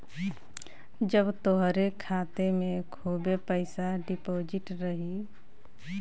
जब तोहरे खाते मे खूबे पइसा डिपोज़िट रही